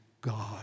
God